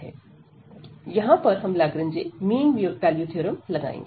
यहां पर हम लाग्रांज मीन वैल्यू थ्योरम लगाएंगे